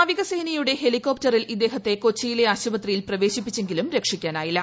നാവിക സേനയുടെ ഹെലികോപ്റ്ററിൽ ഇദ്ദേഹത്തെ കൊച്ചിയിലെ ആശുപത്രിയിൽ പ്രവേശിപ്പിച്ചെങ്കിലും രക്ഷിക്കാനായില്ല